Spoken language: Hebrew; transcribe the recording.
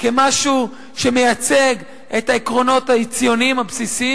כמשהו שמייצג את העקרונות הציוניים הבסיסיים,